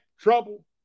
trouble